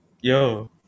yo